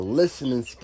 listening